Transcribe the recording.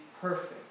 perfect